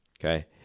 okay